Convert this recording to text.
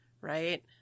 right